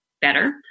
better